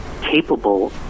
capable